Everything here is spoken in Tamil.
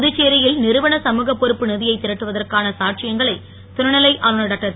புதுச்சேரியில் நிறுவன சமுக பொறுப்பு நிதியை திரட்டியதற்கான சாட்சியங்களை துணைநிலை ஆளுநர் டாக்டர்